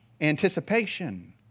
anticipation